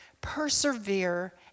persevere